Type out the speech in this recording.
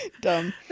dumb